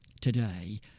today